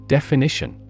Definition